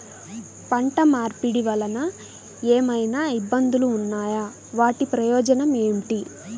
పంట మార్పిడి వలన ఏమయినా ఇబ్బందులు ఉన్నాయా వాటి ప్రయోజనం ఏంటి?